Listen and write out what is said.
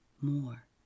more